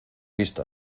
visto